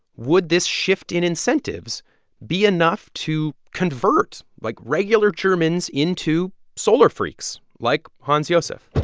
would this shift in incentives be enough to convert, like, regular germans into solar freaks like hans-josef?